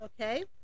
okay